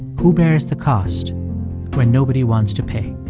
who bears the cost when nobody wants to pay?